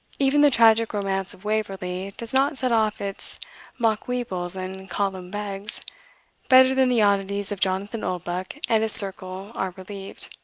even the tragic romance of waverley does not set off its macwheebles and callum begs better than the oddities of jonathan oldbuck and his circle are relieved,